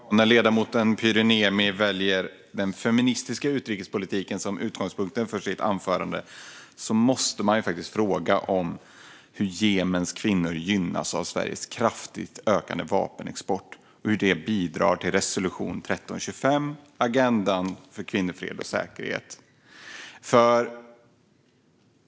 Herr talman! När ledamoten Pyry Niemi väljer den feministiska utrikespolitiken som utgångspunkt för sitt anförande måste man faktiskt fråga hur Jemens kvinnor gynnas av Sveriges kraftigt ökande vapenexport och hur det bidrar till resolution 1325, agendan för kvinnor, fred och säkerhet.